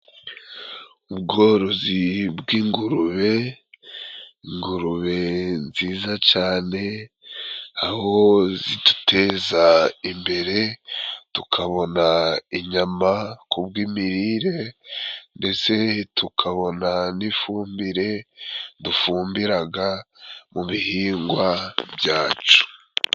Ubworozi bw'ingurube, ingurube nziza cane aho ziduteza imbere, tukabona inyama ku bw'imirire ndetse tukabona n'ifumbire dufumbiraga mu bihingwa byacu.